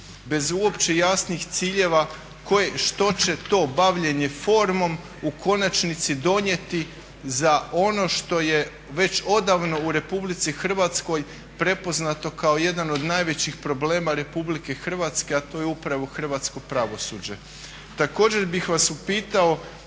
bez uopće jasnih ciljeva što će to bavljenje formom u konačnici donijeti za ono što je već odavno u RH prepoznato kao jedan od najvećih problema Republike Hrvatske, a to je upravo hrvatsko pravosuđe. Također bih vas upitao